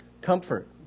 comfort